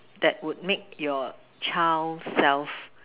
that would make your child self